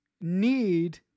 need